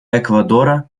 эквадора